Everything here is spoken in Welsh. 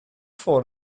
ffôn